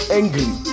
angry